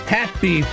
Happy